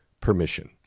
permission